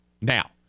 now